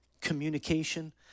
communication